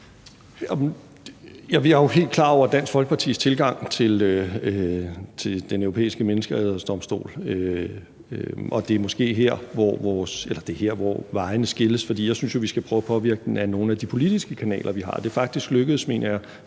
Jeg er jo helt klar over Dansk Folkepartis tilgang til Den Europæiske Menneskerettighedsdomstol, og det er her, vejene skilles. For jeg synes jo, at vi skal prøve at påvirke den ad nogle af de politiske kanaler, vi har. Det er faktisk lykkedes, mener jeg,